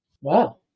Wow